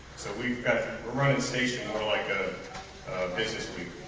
so we've got the running station more like a business week,